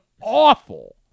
awful